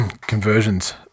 conversions